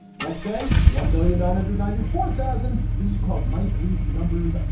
next day, one million nine hundred ninety four thousand this is called mike reed's numbers,